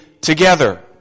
together